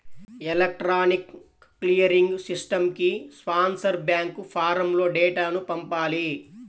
electronic clearing సిస్టమ్కి sponsor bank ఫారమ్లో డేటాను పంపాలి